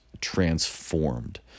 transformed